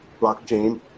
blockchain